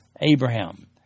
Abraham